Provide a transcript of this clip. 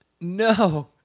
No